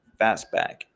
Fastback